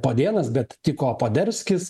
podėnas bet tiko poderskis